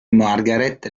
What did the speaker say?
margaret